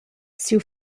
siu